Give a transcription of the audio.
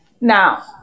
Now